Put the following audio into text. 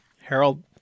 Harold